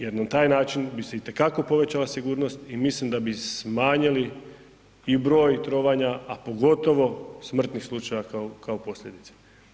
Jer na taj način bi se itekako povećala sigurnost i mislim da bi smanjili i broj trovanja, a pogotovo smrtnih slučajeva kao posljedica.